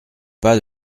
pas